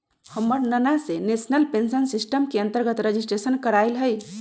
हमर नना ने नेशनल पेंशन सिस्टम के अंतर्गत रजिस्ट्रेशन करायल हइ